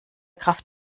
kraft